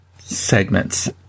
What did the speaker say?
segments